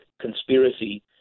conspiracy